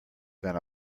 than